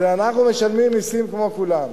זה אנחנו משלמים מסים, כמו כולם.